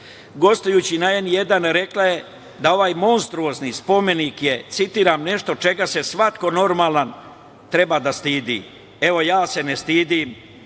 citat. Gostujući na N1 rekla je da ovaj monstruozni spomenik je, citiram – nešto čega se svako normalan treba da stidi. Evo, ja se ne stidim,